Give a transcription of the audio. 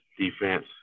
defense